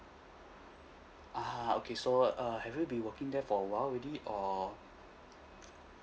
(uh huh) okay so uh have you been working there for a while already or